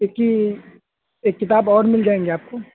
ایک ایک کتاب اور مل جائے گی آپ کو